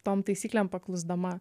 tom taisyklėm paklusdama